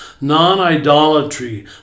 non-idolatry